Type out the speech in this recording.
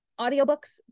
audiobooks